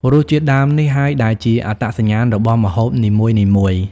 រសជាតិដើមនេះហើយដែលជាអត្តសញ្ញាណរបស់ម្ហូបនីមួយៗ។